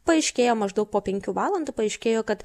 paaiškėjo maždaug po penkių valandų paaiškėjo kad